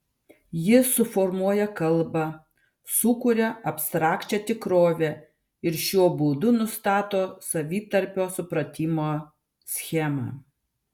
ji suformuoja kalbą sukuria abstrakčią tikrovę ir šiuo būdu nustato savitarpio supratimo schemą